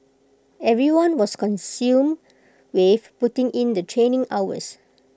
everyone was consumed with putting in the training hours